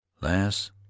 lass